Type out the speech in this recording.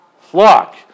Flock